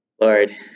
Lord